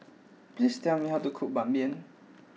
please tell me how to cook Ban Mian